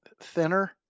thinner